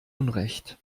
unrecht